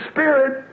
Spirit